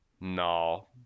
No